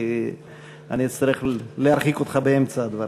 כי אני אצטרך להרחיק אותך באמצע הדברים.